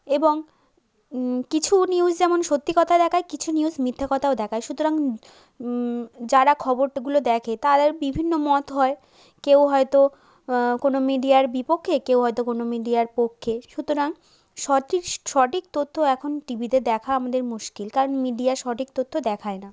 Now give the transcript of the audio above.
এবং কিছু নিউজ যেমন সত্যি কথা দেখায় কিছু নিউজ মিথ্যে কথাও দেখায় সুতরাং যারা খবরগুলো দেখে তারা বিভিন্ন মত হয় কেউ হয়তো কোনো মিডিয়ার বিপক্ষে কেউ হয়তো কোনো মিডিয়ার পক্ষে সুতরাং সঠিক তথ্য এখন টিভিতে দেখা আমাদের মুশকিল কারণ মিডিয়া সঠিক তথ্য দেখায় না